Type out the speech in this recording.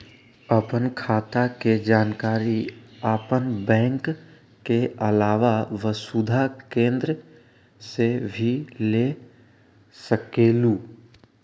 आपन खाता के जानकारी आपन बैंक के आलावा वसुधा केन्द्र से भी ले सकेलु?